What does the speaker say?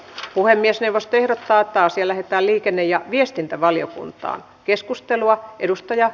puhemiesneuvosto ehdottaa että asia lähetetään liikenne ja viestintävaliokuntaan keskustelua edustaja